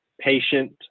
patient